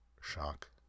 Shock